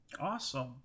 Awesome